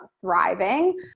thriving